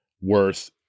worth